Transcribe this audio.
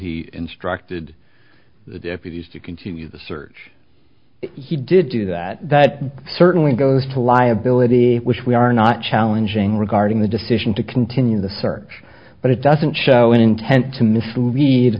he instructed the deputies to continue the search he did do that that certainly goes to liability which we are not challenging regarding the decision to continue the search but it doesn't show an intent to mislead